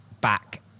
back